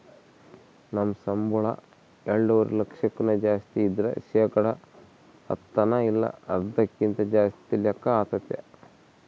ನಮ್ ಸಂಬುಳ ಎಲ್ಡುವರೆ ಲಕ್ಷಕ್ಕುನ್ನ ಜಾಸ್ತಿ ಇದ್ರ ಶೇಕಡ ಹತ್ತನ ಇಲ್ಲ ಅದಕ್ಕಿನ್ನ ಜಾಸ್ತಿ ಲೆಕ್ಕ ಆತತೆ